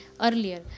earlier